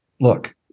Look